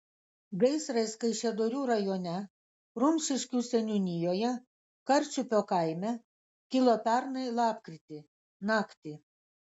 gaisras kaišiadorių rajone rumšiškių seniūnijoje karčiupio kaime kilo pernai lapkritį naktį